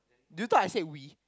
do you thought I said we